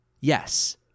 Yes